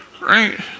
Right